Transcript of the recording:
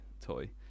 toy